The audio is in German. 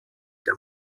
der